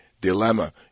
dilemma